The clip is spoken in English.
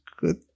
good